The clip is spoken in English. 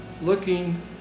looking